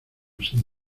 sin